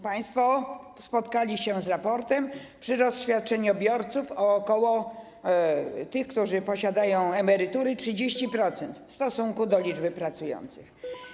Państwo spotkali się z raportem: przyrost świadczeniobiorców, tych, którzy posiadają emerytury, o ok. 30% w stosunku do liczby pracujących.